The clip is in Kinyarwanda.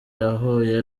yahuye